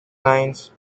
lines